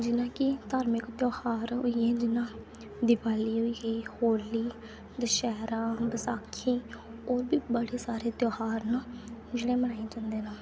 जियां की धार्मिक त्योहार होई ए जियां दिपाली होई एई होली दशहरा बसाखी होर बी बड़े सारे त्यार न जेह्ड़े